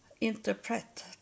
interpret